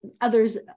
others